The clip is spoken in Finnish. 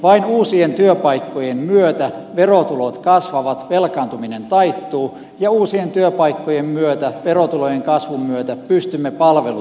vain uusien työpaikkojen myötä verotulot kasvavat velkaantuminen taittuu ja uusien työpaikkojen myötä verotulojen kasvun myötä pystymme palvelut turvaamaan